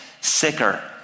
sicker